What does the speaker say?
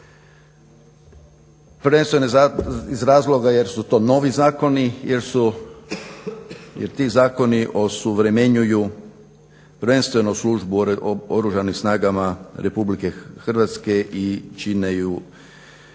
prvenstveno iz razloga jer su to novi zakoni, jer ti zakoni osuvremenjuju prvenstvenu službu Oružanih snaga RH i čine ju